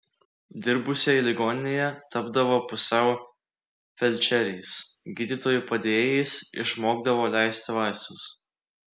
dirbusieji ligoninėje tapdavo pusiau felčeriais gydytojų padėjėjais išmokdavo leisti vaistus